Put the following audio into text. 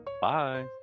Bye